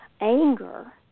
anger